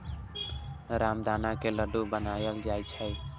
रामदाना के लड्डू बनाएल जाइ छै